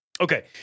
Okay